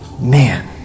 Man